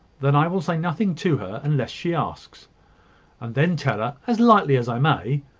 then i will say nothing to her unless she asks and then tell her, as lightly as i may,